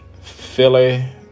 Philly